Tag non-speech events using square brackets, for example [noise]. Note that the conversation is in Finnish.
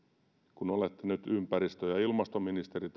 kun olette nyt ympäristö ja ilmastoministeri [unintelligible]